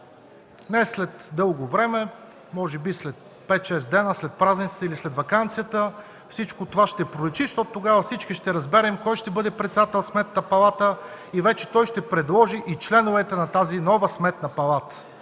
Не след дълго време, може би след пет-шест дни, след празниците или след ваканцията, всичко това ще проличи, защото тогава всички ще разберем кой ще бъде председател на Сметната палата и вече той ще предложи и членовете на тази нова Сметна палата.